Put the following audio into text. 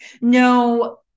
no